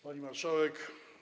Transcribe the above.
Pani Marszałek!